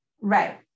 Right